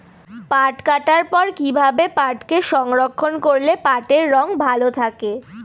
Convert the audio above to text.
পাট কাটার পর কি ভাবে পাটকে সংরক্ষন করলে পাটের রং ভালো থাকে?